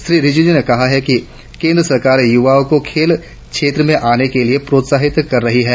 श्री रिजिजू ने कहा कि केंद्र सरकार युवाओं को खेल क्षेत्र में आने के लिए प्रोत्साहित कर रही है